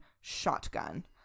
shotgun